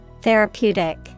Therapeutic